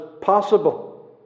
possible